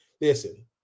listen